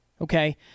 Okay